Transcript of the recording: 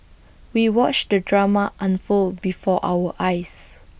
we watched the drama unfold before our eyes